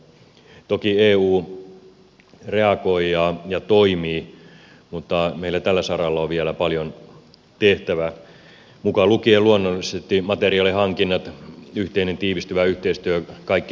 toki eu reagoi ja toimii mutta meillä tällä saralla on vielä paljon tehtävää mukaan lukien luonnollisesti materiaalihankinnat yhteinen tiivistyvä yhteistyö kaikkinensa